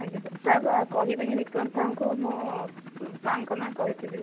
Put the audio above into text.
ଆଜ୍ଞା sir sir କହିବେନି ବିକ୍ରମ ସାରଙ୍କୁ ମୁଁ ସାରଙ୍କ ନାଁ କହିଥିଲି କହିକି